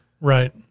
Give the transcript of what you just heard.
Right